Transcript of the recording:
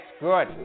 good